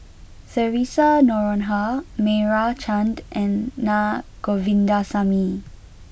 Theresa Noronha Meira Chand and Na Govindasamy